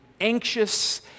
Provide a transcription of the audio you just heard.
anxious